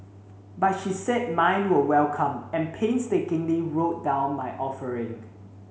but she said mine were welcome and painstakingly wrote down my offering